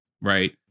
Right